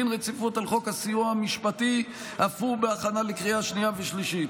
דין רציפות על חוק הסיוע המשפטי אף הוא בהכנה לקריאה שנייה ושלישית,